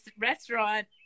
restaurant